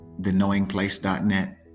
Theknowingplace.net